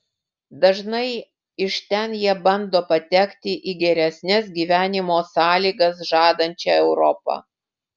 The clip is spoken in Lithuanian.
dažnai iš ten jie bando patekti į geresnes gyvenimo sąlygas žadančią europą